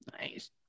nice